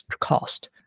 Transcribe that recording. cost